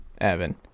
Evan